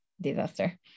disaster